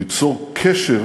ליצור קשר